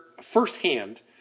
firsthand